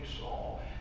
Saul